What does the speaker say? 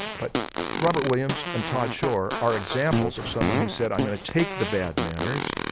but robert williams and todd shore are examples of someone who said i'm going to take the bad manners,